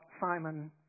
Simon